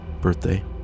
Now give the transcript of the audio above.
birthday